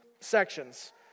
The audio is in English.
sections